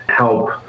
help